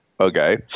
Okay